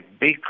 big